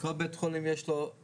לכל בית חולים יש תקציב.